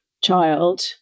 child